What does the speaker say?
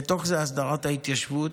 ובתוך זה הסדרת ההתיישבות,